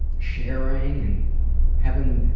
sharing, and having.